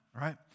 right